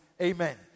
Amen